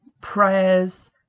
prayers